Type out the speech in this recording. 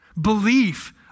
Belief